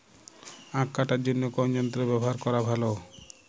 আঁখ কাটার জন্য কোন যন্ত্র ব্যাবহার করা ভালো?